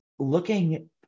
Looking